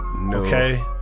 Okay